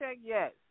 yes